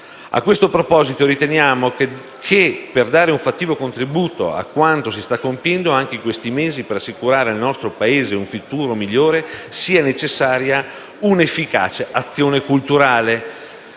A questo proposito riteniamo che, per dare un fattivo contributo a quanto si sta compiendo anche in questi mesi per assicurare al nostro Paese un futuro migliore, sia necessaria un'efficace azione culturale.